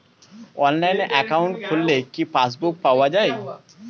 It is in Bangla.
অনলাইনে একাউন্ট খুললে কি পাসবুক পাওয়া যায়?